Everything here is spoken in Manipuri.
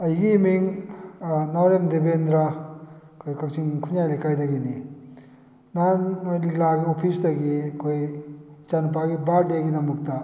ꯑꯩꯒꯤ ꯏꯃꯤꯡ ꯅꯥꯎꯔꯦꯝ ꯗꯦꯕꯦꯟꯗ꯭ꯔ ꯑꯩꯈꯣꯏ ꯀꯛꯆꯤꯡ ꯈꯨꯟꯌꯥꯏ ꯂꯩꯀꯥꯏꯗꯒꯤꯅꯤ ꯅꯍꯥꯟ ꯂꯤꯛꯂꯥꯒꯤ ꯑꯣꯐꯤꯁꯇꯒꯤ ꯑꯩꯈꯣꯏ ꯏꯆꯥꯅꯨꯄꯥꯒꯤ ꯕꯥꯔꯗꯦꯒꯤꯗꯃꯛꯇ